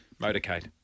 Motorcade